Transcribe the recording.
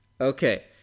Okay